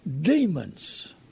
demons